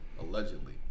allegedly